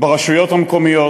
ברשויות המקומיות,